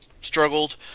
struggled